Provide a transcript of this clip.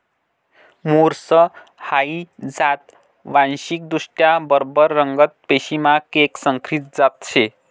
मुर्स हाई जात वांशिकदृष्ट्या बरबर रगत पेशीमा कैक संकरीत जात शे